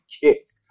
kicked